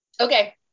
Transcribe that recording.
Okay